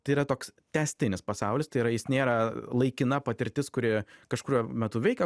tai yra toks tęstinis pasaulis tai yra jis nėra laikina patirtis kuri kažkuriuo metu veikia